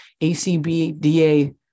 ACBDA